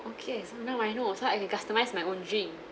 okay so now I know so I can customise my own drink